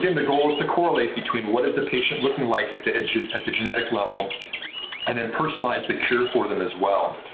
the goal is to correlate between, what is the patient looking like at the at the genetic level and then personalize the cure for them, as well.